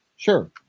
Sure